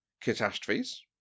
catastrophes